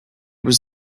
was